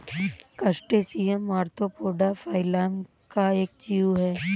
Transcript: crustacean Arthropoda phylum का एक जीव है